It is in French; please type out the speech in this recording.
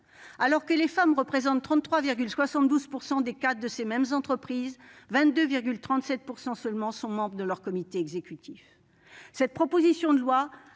Alors que les femmes représentent 33,72 % des cadres de ces mêmes entreprises, 22,37 % seulement sont membres de leur comité exécutif. Cette proposition de loi,